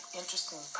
interesting